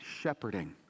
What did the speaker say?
shepherding